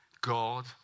God